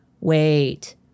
wait